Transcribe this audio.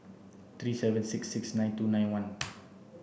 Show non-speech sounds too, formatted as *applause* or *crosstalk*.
three seven six six nine two nine one *noise*